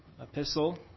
epistle